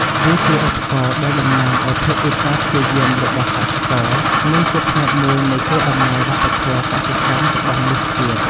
វាជាឧបករណ៍ដែលតំណាងឱ្យភាពឧស្សាហ៍ព្យាយាមរបស់កសិករ និងជាផ្នែកមួយនៃកេរដំណែលវប្បធម៌កសិកម្មរបស់មនុស្សជាតិ។